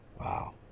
Wow